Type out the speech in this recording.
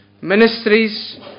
ministries